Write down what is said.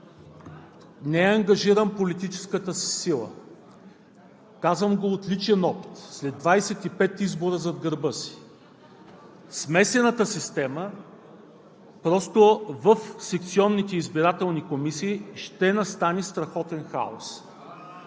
Не ангажирам политическата си сила, казвам го от личен опит след 25 избора зад гърба си. При смесената система в секционните избирателни комисии ще настане страхотен хаос.